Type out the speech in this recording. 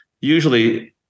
usually